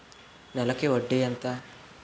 నెలకి వడ్డీ ఎంత?